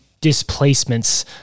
displacements